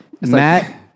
Matt